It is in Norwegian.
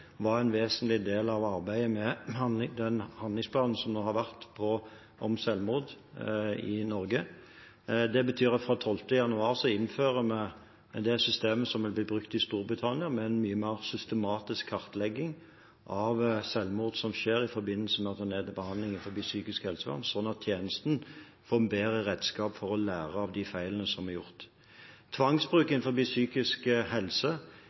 var en vesentlig del av arbeidet med handlingsplanen om selvmord i Norge. Det betyr at vi fra den 12. januar innfører det systemet som blir brukt i Storbritannia, med en mye mer systematisk kartlegging av selvmord som skjer i forbindelse med at en er til behandling innen psykisk helsevern, slik at tjenesten får bedre redskaper til å lære av de feilene som er gjort. Tvangsbruk innen psykisk